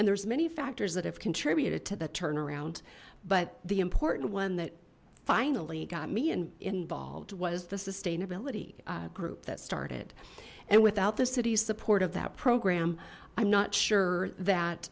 and there's many factors that have contributed to the turnaround but the important one that finally got me and involved was the sustainability group that started and without the city's support of that program i'm not sure